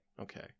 Okay